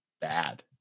bad